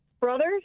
Brothers